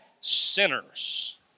sinners